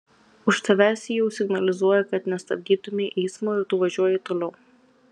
už tavęs jau signalizuoja kad nestabdytumei eismo ir tu važiuoji toliau